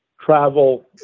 travel